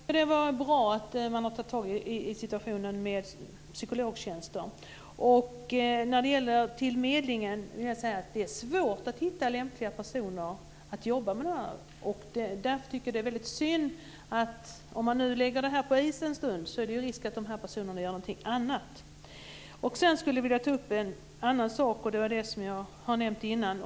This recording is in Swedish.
Herr talman! Jag tycker att det var bra att man har tagit tag i situationen med psykologtjänster. När det gäller medlingen vill jag säga att det är svårt att hitta lämpliga personer som kan jobba med detta. Om man lägger detta på is en stund finns det ju risk för att de här personerna gör någonting annat. Sedan skulle jag vilja ta upp en sak som jag har nämnt tidigare.